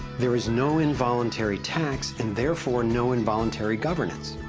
there is no involuntary tax and therefore no involuntary governments.